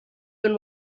been